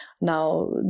Now